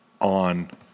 on